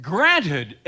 Granted